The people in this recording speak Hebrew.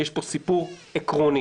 יש פה סיפור עקרוני.